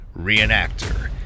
reenactor